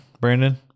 Brandon